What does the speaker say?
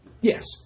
Yes